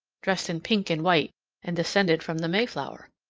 dressed in pink and white and descended from the mayflower.